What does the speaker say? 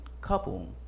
couple